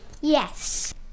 Yes